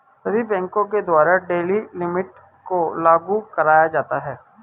सभी बैंकों के द्वारा डेली लिमिट को लागू कराया जाता है